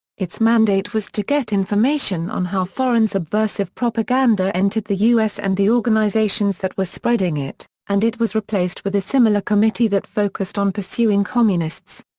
its mandate was to get information on how foreign subversive propaganda entered the u s. and the organizations that were spreading it, and it was replaced with a similar committee that focused on pursuing communists.